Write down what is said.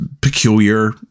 peculiar